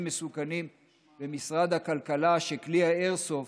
מסוכנים במשרד הכלכלה שכלי האיירסופט,